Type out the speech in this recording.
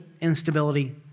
instability